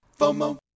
FOMO